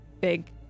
big